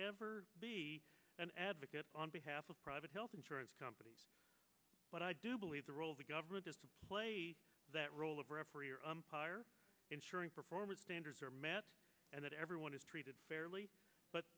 ever be an advocate on behalf of private health insurance companies but i do believe the role of the government is to play that role of referee or ensuring performance standards are met and that everyone is treated fairly but